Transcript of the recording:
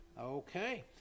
Okay